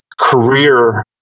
career